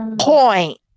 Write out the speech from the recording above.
Point